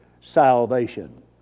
salvation